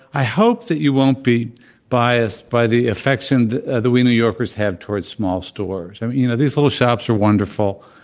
i hope that you won't be biased by the affection that we new yorkers have towards small stores. i mean, you know, those little shops are wonderful,